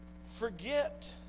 Forget